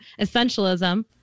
essentialism